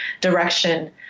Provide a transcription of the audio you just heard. direction